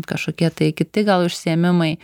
kažkokie tai kiti gal užsiėmimai